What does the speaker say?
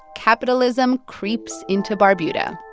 capitalism creeps into barbuda